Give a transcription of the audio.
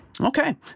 Okay